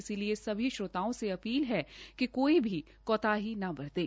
इसलिए सभी श्रोताओं से अपील है कि कोई भी कोताही न बरतें